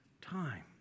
time